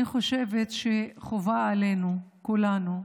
אני חושבת שחובה עלינו, על כולנו,